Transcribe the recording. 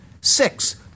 Six